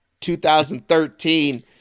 2013